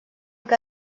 que